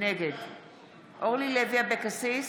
נגד אורלי לוי אבקסיס,